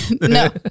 No